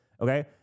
Okay